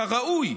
כראוי,